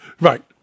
Right